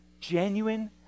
genuine